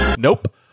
Nope